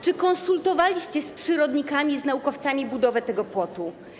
Czy konsultowaliście z przyrodnikami i z naukowcami budowę tego płotu?